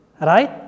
Right